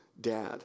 dad